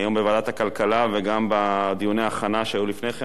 היום בוועדת הכלכלה וגם בדיוני ההכנה שהיו לפני כן,